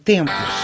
Tempos